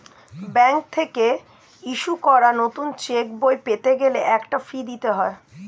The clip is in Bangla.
ব্যাংক থেকে ইস্যু করা নতুন চেকবই পেতে গেলে একটা ফি দিতে হয়